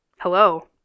Hello